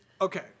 Okay